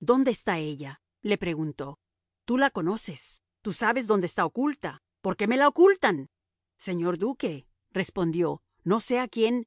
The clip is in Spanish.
dónde está ella le preguntó tú la conoces tú sabes dónde está oculta porque me la ocultan señor duque respondió no sé a quien